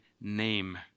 name